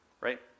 right